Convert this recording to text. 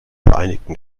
vereinigten